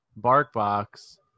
BarkBox